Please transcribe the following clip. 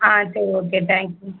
ஆ சரி okay thanks